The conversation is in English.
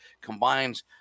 combines